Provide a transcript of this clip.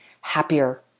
happier